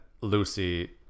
Lucy